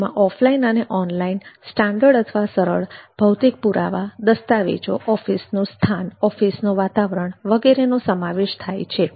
તેમાં ઓફલાઈન અને online standard અથવા સરળ ભૌતિક પુરાવા દસ્તાવેજો ઓફિસનું સ્થાન ઓફીસનું વાતાવરણ વગેરેનો સમાવેશ થાય છે